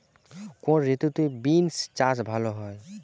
কোন ঋতুতে বিন্স চাষ ভালো হয়?